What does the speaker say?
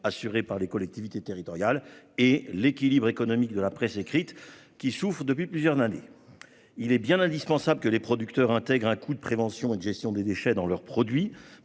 assuré par les collectivités et l'équilibre économique de la presse écrite, qui souffre depuis plusieurs années. Il est indispensable que les producteurs intègrent un coût de prévention et de gestion des déchets dans leur produit,